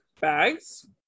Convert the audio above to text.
bags